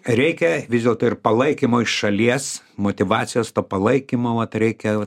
reikia vis dėlto ir palaikymo iš šalies motyvacijos to palaikymo vat reikia